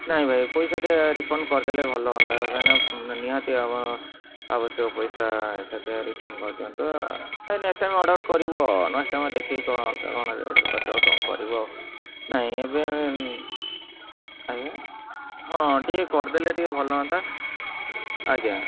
ନାହିଁ ଭାଇ ପଇସା ଟେ ରିଫଣ୍ଡ କରି ଦେଲେ ଭଲ ହୁଅନ୍ତା କାହିଁକି ନା ନିହାତି ଆମର ଆବଶ୍ୟକ ପଇସା ସେଇଟା ରିଟର୍ଣ୍ଣ କରି ଦିଅନ୍ତୁ ନେକ୍ସ ଟାଇମ୍ ଅର୍ଡ଼ର କରିବୁ ନେକ୍ସ ଟାଇମ୍ ଦେଖିକି କ'ଣଟା କ'ଣ କେତେ ବେଳେ କ'ଣ କରିବୁ ନାହିଁ ଏବେ ଆଜ୍ଞା ହଁ ଟିକେ କରି ଦେଲେ ଟିକେ ଭଲ ହୁଅନ୍ତା ଆଜ୍ଞା